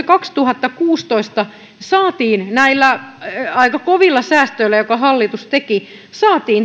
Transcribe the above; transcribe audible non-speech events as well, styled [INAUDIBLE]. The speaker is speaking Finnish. [UNINTELLIGIBLE] kaksituhattakuusitoista näillä aika kovilla säästöillä jotka hallitus teki saatiin